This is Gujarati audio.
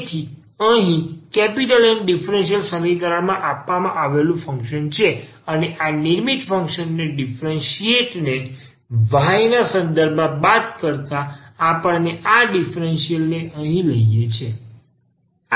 તેથી અહીં N ડિફરનશીઅલ સમીકરણમાં આપવામાં આવેલું ફંક્શન છે અને આ નિર્મિત ફંક્શન ને તેના ડિફરનસીએટ ને y ના સંદર્ભમાં બાદ કરતાં આપણને આ ડીફરન્સીયલ ને અહીં લઈએ છે